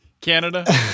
Canada